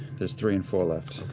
there's three and four left.